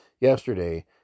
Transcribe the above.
yesterday